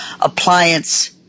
appliance